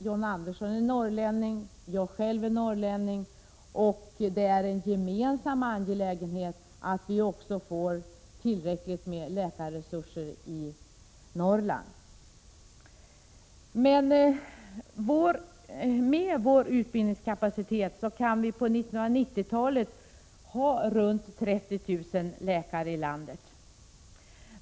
John Andersson är norrlänning, jag själv är norrlänning, och det är en gemensam angelägenhet att vi får tillräckligt med läkarresurser också i Norrland. Med vår utbildningskapacitet kan vi på 1990-talet ha runt 30 000 läkare i landet.